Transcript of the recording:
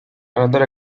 another